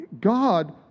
God